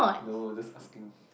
no I'm just asking